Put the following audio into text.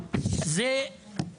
זו